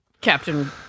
Captain